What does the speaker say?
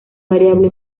variable